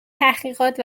تحقیقات